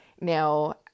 Now